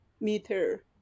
meter